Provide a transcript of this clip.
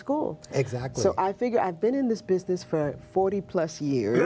school exact so i figure i've been in this business for forty plus years